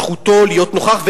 זכותו להיות נוכח,